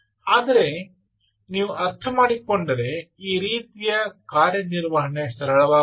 ಆದರೆ ನೀವು ಅರ್ಥಮಾಡಿಕೊಂಡರೆ ಈ ರೀತಿಯ ಕಾರ್ಯನಿರ್ವಹಣೆ ಸರಳವಾಗುವುದಿಲ್ಲ